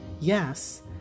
Yes